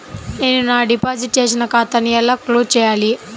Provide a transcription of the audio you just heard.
నేను నా డిపాజిట్ చేసిన ఖాతాను ఎలా క్లోజ్ చేయాలి?